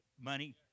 Money